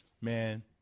man